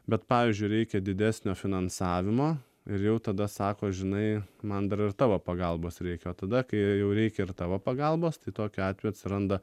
bet pavyzdžiui reikia didesnio finansavimo ir jau tada sako žinai man dar ir tavo pagalbos reikia tada kai jau reikia ir tavo pagalbos tai tokiu atveju atsiranda